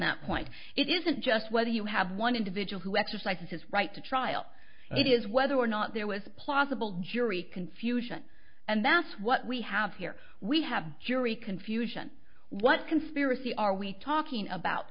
that point it isn't just whether you have one individual who exercises his right to trial it is whether or not there was a possible jury confusion and that's what we have here we have jury confusion what conspiracy are we talking about